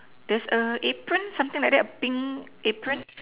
there's a apron something like that pink apron